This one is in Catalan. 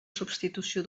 substitució